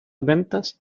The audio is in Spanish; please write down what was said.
ventas